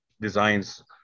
designs